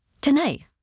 Tonight